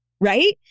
right